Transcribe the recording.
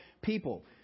people